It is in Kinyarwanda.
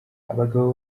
abagabo